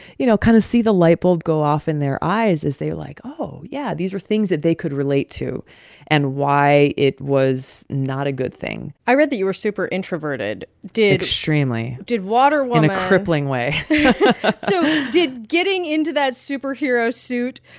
you know, kind of see the light bulb go off in their eyes as they're like, oh, yeah. these are things that they could relate to and why it was not a good thing i read that you were super introverted. did. extremely did waterwoman. in a crippling way so did getting into that superhero suit